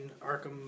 Arkham